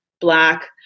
black